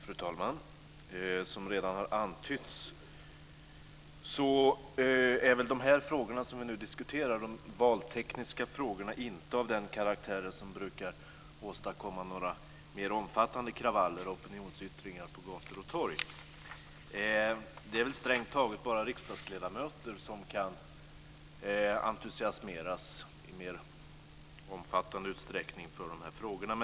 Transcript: Fru talman! Som redan har antytts är de valtekniska frågor som vi nu diskuterar inte av den karaktären som brukar åstadkomma några mer omfattande kravaller och opinionsyttringar på gator och torg. Det är strängt taget bara riksdagsledamöter som kan entusiasmeras i någon större utsträckning för dessa frågor.